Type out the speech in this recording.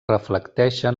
reflecteixen